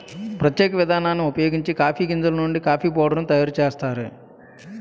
ప్రత్యేక విధానాన్ని ఉపయోగించి కాఫీ గింజలు నుండి కాఫీ పౌడర్ ను తయారు చేస్తారు